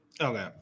Okay